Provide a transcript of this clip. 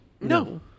No